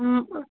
हूं